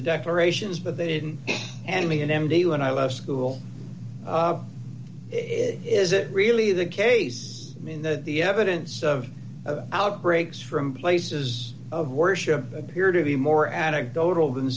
the decorations but they didn't and me an m d when i left school it is it really the case in that the evidence of outbreaks from places of worship appear to be more addict total than